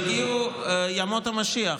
הגיעו ימות המשיח,